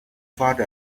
发展